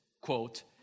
quote